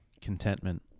contentment